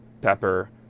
Pepper